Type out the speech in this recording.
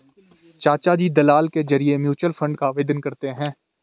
चाचाजी दलाल के जरिए म्यूचुअल फंड का आवेदन करते हैं